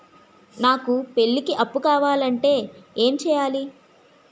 నాకు పెళ్లికి అప్పు కావాలంటే ఏం చేయాలి?